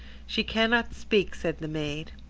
she cannot speak, said the maid.